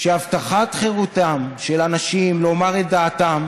שהבטחת חירותם של אנשים לומר את דעתם